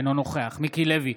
אינו נוכח מיקי לוי,